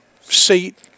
seat